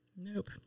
Nope